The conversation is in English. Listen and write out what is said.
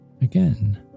Again